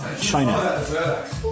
China